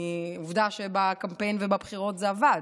עובדה שבקמפיין ובבחירות זה עבד.